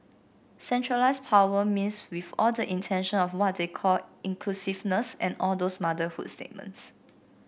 centralised power means with all the intention of what they call inclusiveness and all those motherhood statements